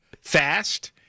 fast